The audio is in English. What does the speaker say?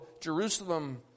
Jerusalem